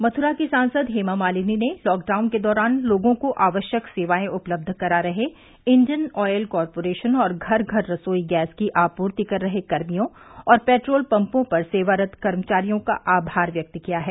मथुरा की सांसद हेमा मालिनी ने लॉकडाउन के दौरान लोगों को आवश्यक सेवाएं उपलब्ध करा रहे इंडियन ऑयल कार्पोरेशन और घर घर रसोई गैस की आपूर्ति कर रहे कर्मियों और पेट्रोल पंपों पर सेवारत कर्मचारियों का आभार व्यक्त किया है